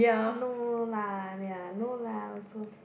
no lah ya no lah also